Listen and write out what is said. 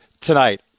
tonight